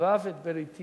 ואף את בריתי